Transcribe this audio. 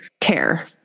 care